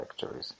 factories